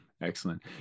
Excellent